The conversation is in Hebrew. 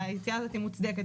והיציאה מוצדקת,